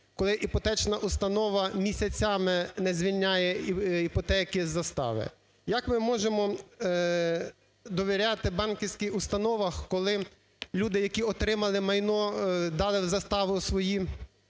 коли іпотечна установа місяцями не звільняє іпотеки з застави? Як ми можемо довіряти банківським установам, коли люди, які отримали майно, дали в заставу своє